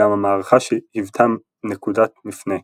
אולם המערכה היוותה נקודת מפנה –